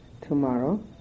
tomorrow